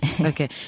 Okay